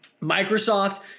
microsoft